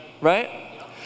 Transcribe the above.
Right